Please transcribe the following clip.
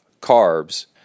carbs